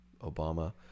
Obama